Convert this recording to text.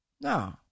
No